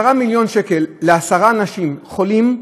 10 מיליון שקל לעשרה אנשים חולים,